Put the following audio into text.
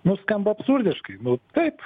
nu skamba absurdiškai nu taip